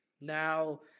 Now